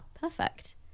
perfect